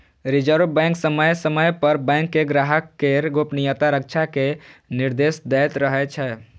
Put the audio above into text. reserve bank समय समय पर बैंक कें ग्राहक केर गोपनीयताक रक्षा के निर्देश दैत रहै छै